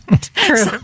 True